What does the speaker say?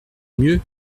mieux